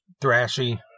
thrashy